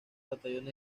batallones